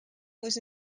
was